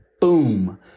Boom